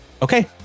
Okay